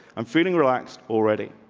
i'm feeling relaxed already,